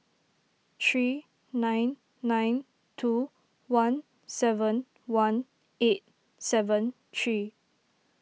three nine nine two one seven one eight seven three